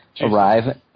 arrive